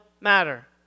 matter